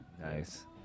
Nice